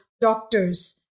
doctors